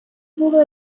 було